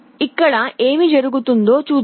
ఇక్కడ ఏమి జరుగుతుందో చూద్దాం